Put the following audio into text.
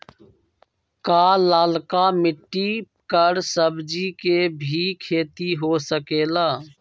का लालका मिट्टी कर सब्जी के भी खेती हो सकेला?